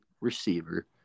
receiver